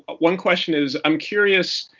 one question is i'm curious.